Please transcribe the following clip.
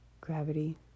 Gravity